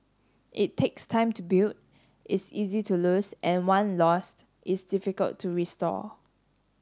it takes time to build is easy to lose and one lost is difficult to restore